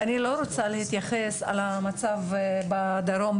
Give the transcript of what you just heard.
ואני לא רוצה להתייחס למצב בדרום,